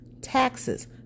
taxes